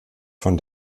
von